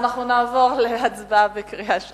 אז אנחנו נעבור להצבעה בקריאה שלישית.